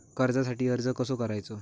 कर्जासाठी अर्ज कसो करायचो?